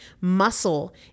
Muscle